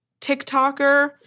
TikToker